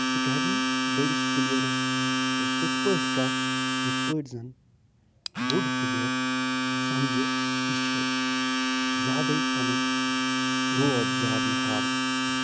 سُہ کرِ نہٕ بٔڑِس پِلیرَس زِ تِتھۍ پٲٹھۍ کَتھ یِتھۍ پٲٹھۍ زَن بوٚڑ پِلیر سَمجھِ یہِ چھُ زیادَے پَنُن روب زیادٕ مےٚ ہاوان